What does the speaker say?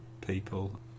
people